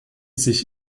sich